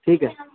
ٹھیک ہے